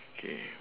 K